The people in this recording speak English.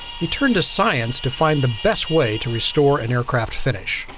he turned to science to find the best way to restore an aircraft finish.